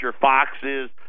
Foxes